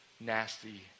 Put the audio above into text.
nasty